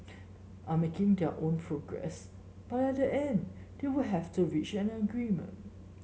are making their own progress but at the end they will have to reach an agreement